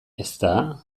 ezta